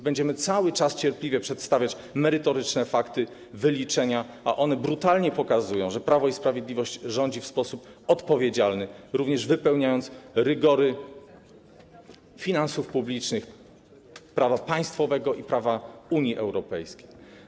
Będziemy cały czas cierpliwie przedstawiać merytoryczne fakty, wyliczenia, a one brutalnie pokazują, że Prawo i Sprawiedliwość rządzi w sposób odpowiedzialny, również wypełniając rygory finansów publicznych, prawa państwowego i prawa Unii Europejskiej.